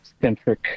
centric